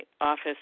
office